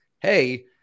hey